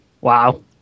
Wow